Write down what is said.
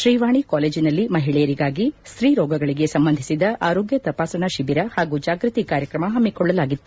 ತ್ರೀವಾಣಿ ಕಾಲೇಜಿನಲ್ಲಿ ಮಹಿಳೆಯರಿಗಾಗಿ ಸ್ತೀರೋಗಗಳಿಗೆ ಸಂಬಂಧಿಸಿದ ಆರೋಗ್ಯ ತಪಾಸಣಾ ಶಿಬಿರ ಹಾಗೂ ಜಾಗೃತಿ ಕಾರಕ್ಷಮ ಹಮ್ನಿಕೊಳ್ಳಲಾಗಿತ್ತು